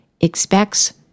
expects